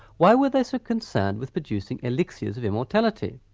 why were they so concerned with producing elixirs of immortality?